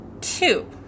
two